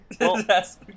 Yes